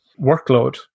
workload